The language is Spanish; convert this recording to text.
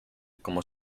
como